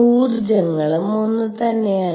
ഊർജങ്ങളും ഒന്നുതന്നെയാണ്